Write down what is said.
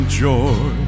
joy